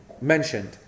mentioned